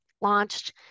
launched